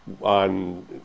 on